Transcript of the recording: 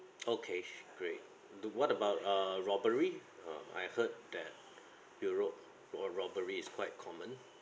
okay great do what about err robbery ah I heard that europe ro~ robbery is quite common